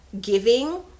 giving